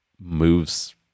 moves